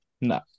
No